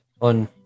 on